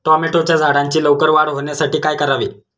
टोमॅटोच्या झाडांची लवकर वाढ होण्यासाठी काय करावे?